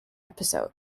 episode